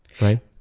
right